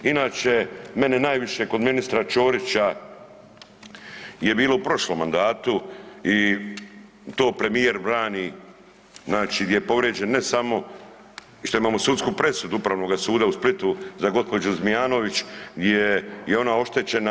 Inače mene najviše kod ministra Ćorića je bilo u prošlom mandatu i to premijer brani znači gdje je povrijeđen samo što imamo sudsku presudu Upravnoga suda u Splitu za gospođu Zmijanović gdje je ona oštećena.